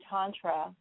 Tantra